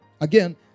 Again